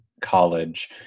college